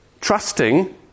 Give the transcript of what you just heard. Trusting